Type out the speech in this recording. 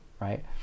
right